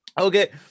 Okay